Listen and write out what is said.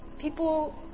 People